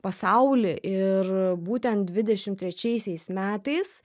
pasaulį ir būtent dvidešimt trečiaisiais metais